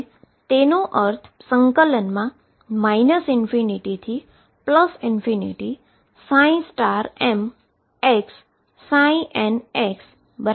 અને તેનો અર્થ ∞mxnxmn થાય છે